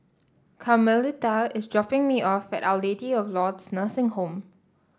Carmelita is dropping me off at Our Lady of Lourdes Nursing Home